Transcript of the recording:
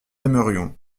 aimerions